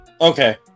Okay